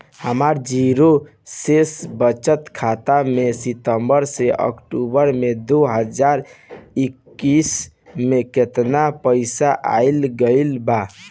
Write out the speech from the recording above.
हमार जीरो शेष बचत खाता में सितंबर से अक्तूबर में दो हज़ार इक्कीस में केतना पइसा आइल गइल बा?